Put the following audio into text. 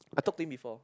I talk to him before